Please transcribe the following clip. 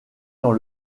dans